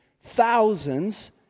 Thousands